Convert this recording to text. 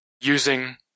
using